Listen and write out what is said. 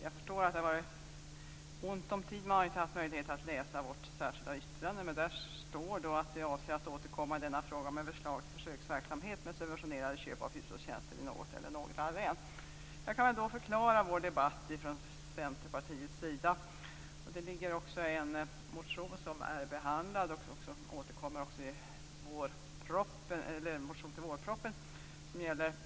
Jag förstår att det har varit ont om tid och att det inte varit möjligt att läsa vårt särskilda yttrande där det står: "Vi avser att återkomma i denna fråga med förslag till försöksverksamhet med subventionerade köp av hushållstjänster i något eller några län." Jag kan förklara debatten i Centerpartiet. Det finns för övrigt en motion, som är behandlad. Vi återkommer också i en motion med anledning av vårpropositionen.